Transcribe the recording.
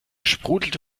sprudelte